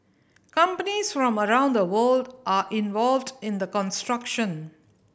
companies from around the world are involved in the construction